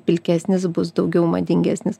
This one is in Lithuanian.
pilkesnis bus daugiau madingesnis